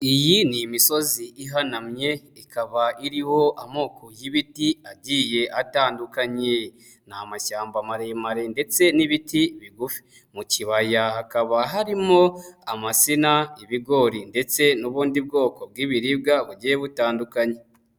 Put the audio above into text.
Iyi ni imisozi ihanamye ikaba iriho amoko y'ibiti agiye atandukanye. Ni amashyamba maremare ndetse n'ibiti bigufi, mu kibaya hakaba harimo amasina, ibigori ndetse n'ubundi bwoko bw'ibiribwa bugiye butandukanye.